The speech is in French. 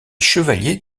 chevalier